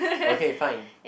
okay fine